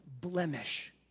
blemish